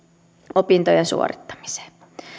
opintojen suorittamiseen